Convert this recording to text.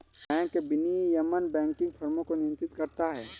bank विनियमन banking फ़र्मों को नियंत्रित करता है